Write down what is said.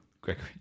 Gregory